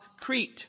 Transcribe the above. Crete